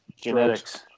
Genetics